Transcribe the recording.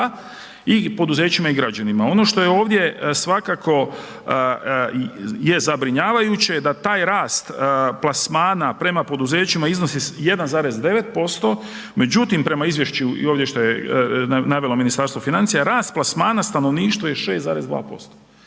i poduzećima i građanima. Ono što je ovdje svakako je zabrinjavajuće da taj rast plasmana prema poduzećima iznosi 1,9% međutim prema izvješću i ovdje je navelo Ministarstvo financija rast plasmana stanovništva je 6,2%.